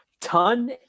ton